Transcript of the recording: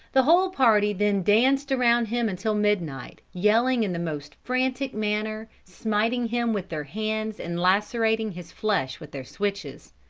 the whole party then danced around him until midnight, yelling in the most frantic manner, smiting him with their hands and lacerating his flesh with their switches.